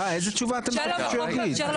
איזו תשובה אתה מצפה שהוא יגיד?